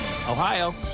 Ohio